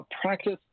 practice